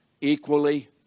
equally